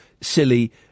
silly